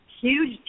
huge